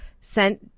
sent